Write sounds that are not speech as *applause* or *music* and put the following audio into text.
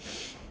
*noise*